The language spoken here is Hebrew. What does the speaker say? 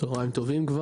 צוהריים טובים.